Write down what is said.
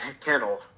kennel